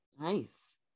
nice